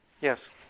Yes